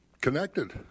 connected